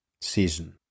Season